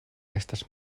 estas